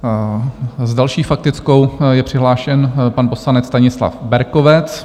S další faktickou je přihlášen pan poslanec Stanislav Berkovec.